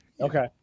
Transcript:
okay